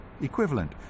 equivalent